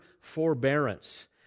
forbearance